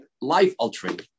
life-altering